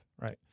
Right